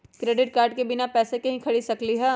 Credit card से बिना पैसे के ही खरीद सकली ह?